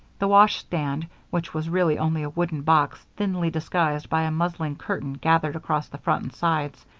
the washstand, which was really only a wooden box thinly disguised by a muslin curtain gathered across the front and sides,